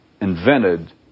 invented